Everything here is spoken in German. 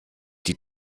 die